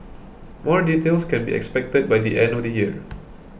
more details can be expected by the end of the year